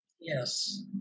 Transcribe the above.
Yes